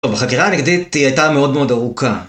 טוב, החקירה הנגדית הייתה מאוד מאוד ארוכה